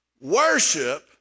Worship